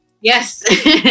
Yes